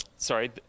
Sorry